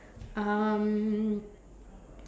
um